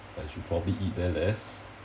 I should probably eat that less